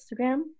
Instagram